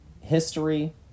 History